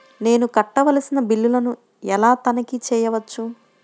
నేను కట్టవలసిన బిల్లులను ఎలా తనిఖీ చెయ్యవచ్చు?